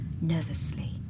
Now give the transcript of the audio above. nervously